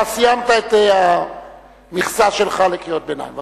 אתה סיימת את המכסה שלך לקריאות ביניים.